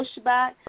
pushback